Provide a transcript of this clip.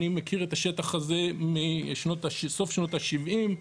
אני מכיר את השטח הזה מסוף שנות ה-70,